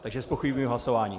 Takže zpochybňuji hlasování.